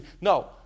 No